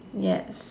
yes